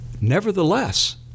nevertheless